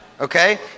Okay